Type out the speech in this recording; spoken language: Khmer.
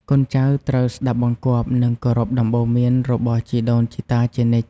កូនចៅត្រូវស្ដាប់បង្គាប់ និងគោរពដំបូន្មានរបស់ជីដូនជីតាជានិច្ច។